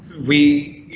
we,